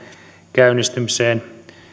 käynnistymiseen